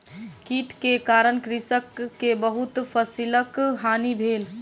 कीट के कारण कृषक के बहुत फसिलक हानि भेल